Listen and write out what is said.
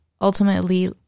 ultimately